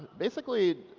basically,